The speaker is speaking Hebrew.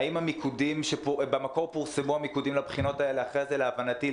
האם המיקודים שפורסמו במקור לבחינות האלה ולהבנתי,